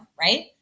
right